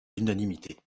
l’unanimité